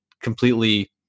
completely